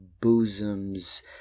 bosoms